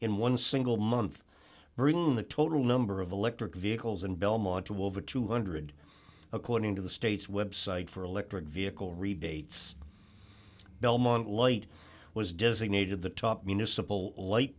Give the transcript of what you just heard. in one single month bringing the total number of electric vehicles in belmont to over two hundred dollars according to the state's website for electric vehicle rebates belmont light was designated the top municipal light